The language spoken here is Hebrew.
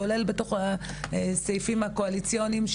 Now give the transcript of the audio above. כולל בתוך הסעיפים הקואליציוניים,